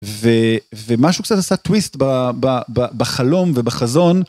ומשהו קצת עשה טוויסט בחלום ובחזון.